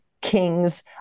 Kings